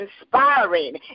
inspiring